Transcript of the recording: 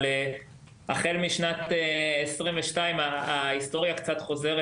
אבל החל משנת 22' ההיסטוריה קצת חוזרת